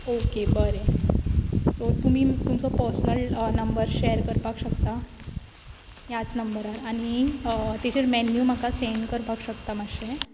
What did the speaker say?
okay बरें so तुमी तुमचो पर्सनल नंबर शेयर करपाक शकता ह्याच नंबरार आनी तेचेर मेन्यु म्हाका सेन्ड करपाक शकता मातशें